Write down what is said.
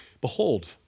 Behold